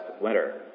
winter